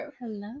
hello